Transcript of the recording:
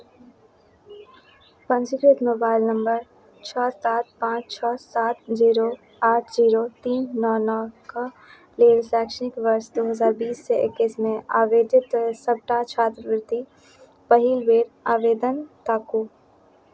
पञ्जीकृत mobile number छओ सात पाँच छओ सात जीरो आठ जीरो तीन नओ नओ के लेल शैक्षणिक वर्ष दू हजार बीससँ एकैसमे आवेदित सबटा छात्रवृति पहिल बेर आवेदन ताकू